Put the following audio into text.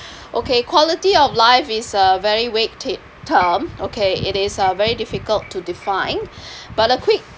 okay quality of life is uh very vague tape term okay it is uh very difficult to define but a quick